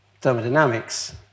thermodynamics